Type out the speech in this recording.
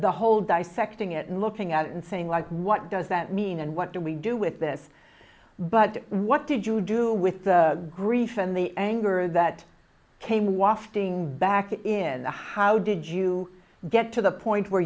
the whole dissecting it and looking at it and saying like what does that mean and what do we do with this but what did you do with the grief and the anger that came wafting back in the how did you get to the point where